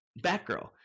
Batgirl